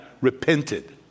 repented